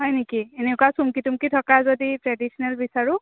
হয় নেকি এনেকুৱা চুমকী তুমকী থকা যদি ট্ৰেডিশ্বনেল বিচাৰোঁ